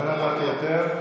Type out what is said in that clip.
לא לתת יותר?